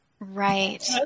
Right